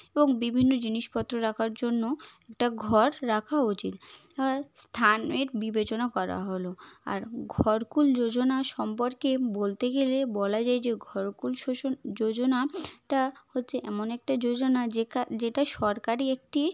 এবং বিভিন্ন জিনিসপত্র রাখার জন্য একটা ঘর রাখা উচিত স্থানের বিবেচনা করা হলো আর ঘরকুল যোজনা সম্পর্কে বলতে গেলে বলা যায় যে ঘরকুল শোষণ যোজনা টা হচ্ছে এমন একটা যোজনা যেটা সরকারি একটি